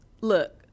Look